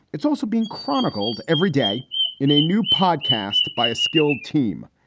it's also being chronicled every day in a new podcast by a skilled team.